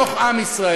בתוך עם ישראל,